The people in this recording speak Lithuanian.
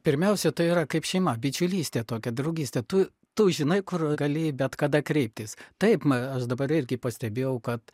pirmiausia tai yra kaip šeima bičiulystė tokia draugystė tu tu žinai kur gali bet kada kreiptis taip aš dabar irgi pastebėjau kad